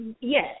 Yes